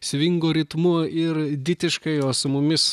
svingo ritmu ir ditiškai o su mumis